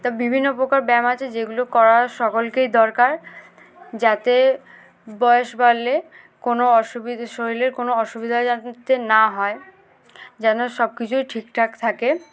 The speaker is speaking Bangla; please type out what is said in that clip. তো বিভিন্ন প্রকার ব্যায়াম আছে যেগুলো করা সকলকেই দরকার যাতে বয়স বাড়লে কোনো অসুবিধা শরীরের কোনো অসুবিধা যাতে না হয় যেন সব কিছুই ঠিকঠাক থাকে